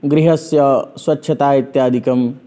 गृहस्य स्वच्छता इत्यादिकं